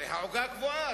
הרי העוגה קבועה.